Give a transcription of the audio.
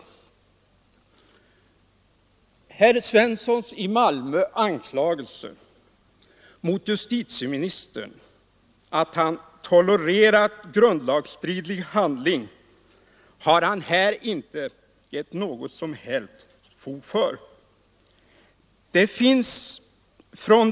Herr Svenssons i Malmö anklagelse mot justitieministern, att denne tolererat grundlagsstridig handling, har herr Svensson inte gett något som helst bevis för.